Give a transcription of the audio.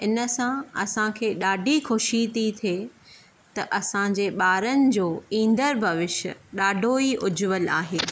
इन सां असांखे ॾाढी ख़ुशी थी थिए त असांजे ॿारनि जो ईंदड़ भविष्य ॾाढो ई उज्ज्वल आहे